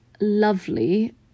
lovely